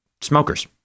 smokers